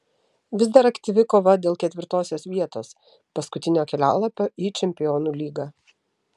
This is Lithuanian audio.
vis dar aktyvi kova dėl ketvirtosios vietos paskutinio kelialapio į čempionų lygą